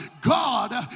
God